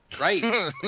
Right